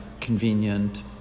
convenient